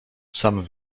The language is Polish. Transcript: sam